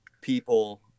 people